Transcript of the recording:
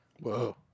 Whoa